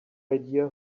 idea